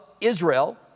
Israel